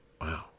wow